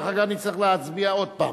ואחר כך נצטרך להצביע עוד הפעם.